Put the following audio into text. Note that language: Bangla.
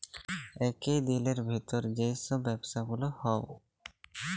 একই দিলের ভিতর যেই সব ব্যবসা গুলা হউ